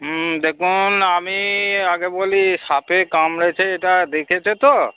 হুম দেখুন আমি আগে বলি সাপে কামড়েছে এটা দেখেছে তো